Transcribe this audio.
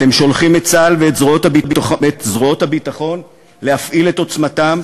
אתם שולחים את צה"ל ואת זרועות הביטחון להפעיל את עוצמתם,